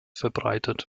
verbreitet